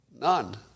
None